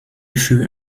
fut